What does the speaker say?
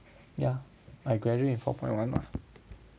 yeah I graduate in four point one lah